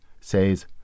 says